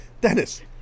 Dennis